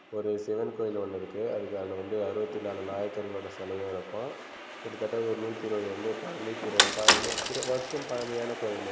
ஒரு சிவன் கோவில் ஒன்று இருக்கு அங்கே அதில் வந்து அறுபத்திநாலு நாயக்கர்களோட சிலையும் இருக்கும் கிட்டத்தட்ட ஒரு நூற்றி இருபது வந்து நூற்றி இருபது பழமை கூட வருஷம் பழமையான கோவில்